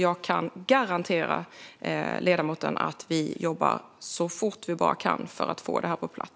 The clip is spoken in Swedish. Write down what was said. Jag kan garantera ledamoten att vi jobbar så fort vi bara kan för att få detta på plats.